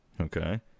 Okay